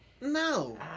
No